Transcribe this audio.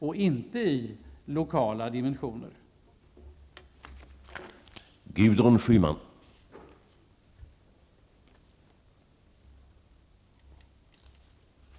Det handlar alltså inte om lokala dimensioner här.